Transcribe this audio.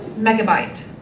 megabyte,